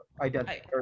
identity